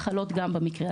חלות גם במקרה הזה.